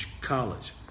college